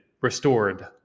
restored